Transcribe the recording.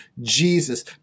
Jesus